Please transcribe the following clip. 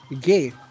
gay